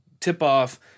tip-off